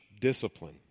discipline